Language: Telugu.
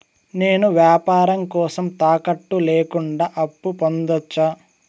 నేను వ్యాపారం కోసం తాకట్టు లేకుండా అప్పు పొందొచ్చా?